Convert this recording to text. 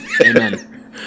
Amen